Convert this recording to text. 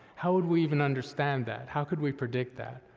how would we even understand that? how could we predict that?